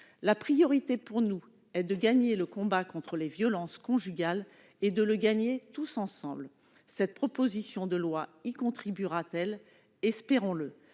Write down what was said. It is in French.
La priorité pour nous est de gagner le combat contre les violences conjugales, et de le gagner tous ensemble. Cette proposition de loi y contribuera-t-elle ? Espérons-le.